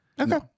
Okay